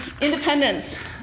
Independence